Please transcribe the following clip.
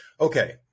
okay